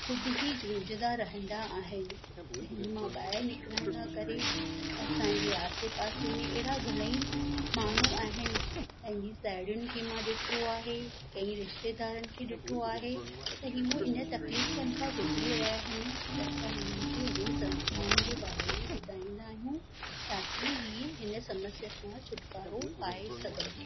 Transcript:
ख़ुदि ई जूझंदा रहंदा आहिनि त हिन मां ॿाहिरि निकिरण लाइ करे असांजे आसे पासे में अहिड़ा घणा ई माण्हू आहिनि पंहिंजियुनि साहेड़ियुनि खे मां ॾिठो आहे कई रिशतेदारनि खे मां ॾिठो आहे त उहे उन तकलीफ़नि खां गुज़री रहिया आहिनि त असां हुननि खे उन संस्थाउनि जे बारे में ॿुधाईंदा आहियूं ताकी उहे हिन समस्या खां छुटकारो पाए सघनि